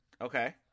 Okay